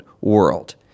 world